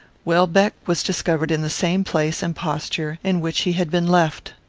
welbeck was discovered in the same place and posture in which he had been left.